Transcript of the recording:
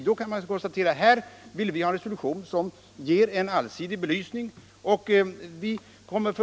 Det hade kunnat konstateras att vi ville ha en resolution som ger en allsidig belysning.